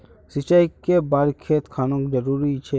सिंचाई कै बार खेत खानोक जरुरी छै?